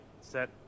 set